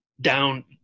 down